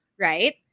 right